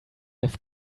have